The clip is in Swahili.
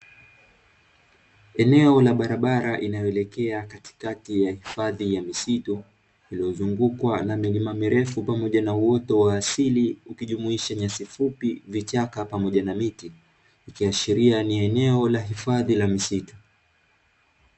Eneo la barabara inaloelekea katikati ya hifadhi ya misitu, iliyozungukwa na milima mirefu pamoja na uoto wa asili, ukijumuisha nyasi fupi, vichaka, pamoja na miti, ikiashiria ni eneo la hifadhi la misitu.